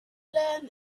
learn